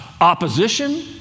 opposition